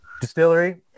distillery